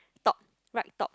top right top